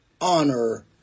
Honor